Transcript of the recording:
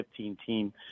15-team